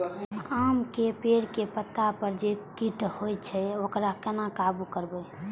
आम के पेड़ के पत्ता पर जे कीट होय छे वकरा केना काबू करबे?